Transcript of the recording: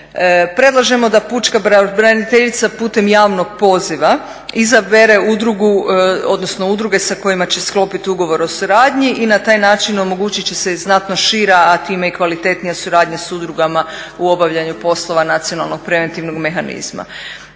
Predlažemo da pučka pravobraniteljica putem javnog poziva izabere udrugu odnosno udruge sa kojima će sklopiti ugovor o suradnji i na taj način omogućit će se znatno šira a time i kvalitetnija suradnja s udrugama u obavljanju poslova nacionalnog preventivnog mehanizma.